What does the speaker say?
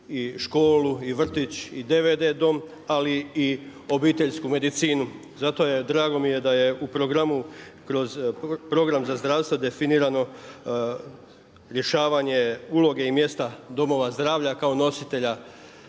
i školu i vrtić i DVD dom, ali i obiteljsku medicinu. Zato mi je drago da je u programu kroz program za zdravstvo definirano rješavanje uloge i mjesta domova zdravlja kao nositelja